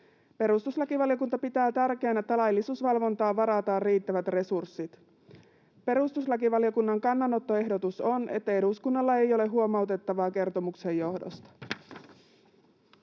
Perustuslakivaliokunta pitää tärkeänä, että laillisuusvalvontaan varataan riittävät resurssit. Perustuslakivaliokunnan kannanottoehdotus on, että eduskunnalla ei ole huomautettavaa kertomuksen johdosta.